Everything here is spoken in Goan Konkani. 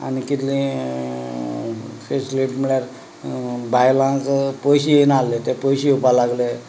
आनी कितल्यो फॅसिलीटीज म्हणल्यार बायलांक पयशे येनासले ते पयशे येवपाक लागले